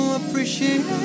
appreciate